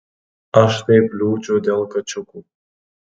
aš taip liūdžiu dėl kačiukų